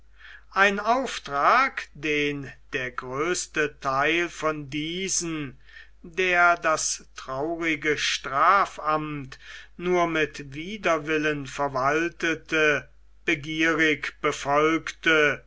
ein auftrag den der größte theil von diesen der das traurige strafamt nur mit widerwillen verwaltete begierig befolgte